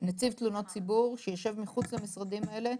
נציב תלונות ציבור שיישב מחוץ למשרדים האלה,